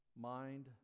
mind